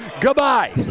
goodbye